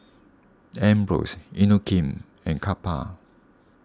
Ambros Inokim and Kappa